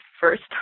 first